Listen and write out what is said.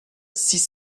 six